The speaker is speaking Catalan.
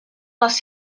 les